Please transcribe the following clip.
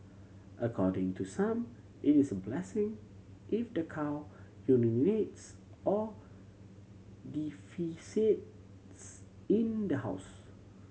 according to some it is blessing if the cow urinates or defecates in the house